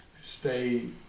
stay